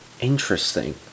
Interesting